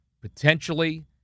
potentially